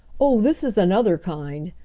oh, this is another kind,